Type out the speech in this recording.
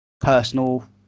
personal